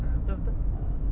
ah betul-betul